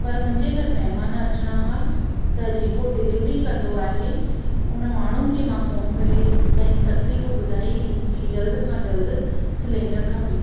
पर मुंहिंजे घरु महिमान अचिणा हुआ त जेको डिलीवरी कंदो आहे उन माण्हूअ खे मां फोन करे पंहिंजी तकलीफ़ ॿुधाई की मूंखे ज्ल्द खां जल्द सिलेंडर खपे